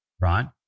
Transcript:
right